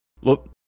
Look